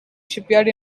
shipyard